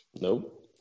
Nope